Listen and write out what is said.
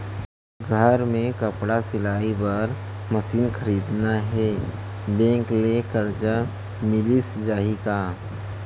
घर मे कपड़ा सिलाई बार मशीन खरीदना हे बैंक ले करजा मिलिस जाही का?